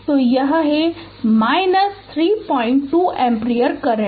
तो यह है 32 एम्पीयर करंट